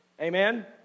amen